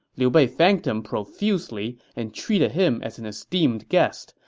liu bei thanked him profusely and treated him as an esteemed guest.